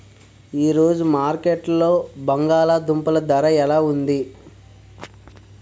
ఈ రోజు మార్కెట్లో బంగాళ దుంపలు ధర ఎలా ఉంది?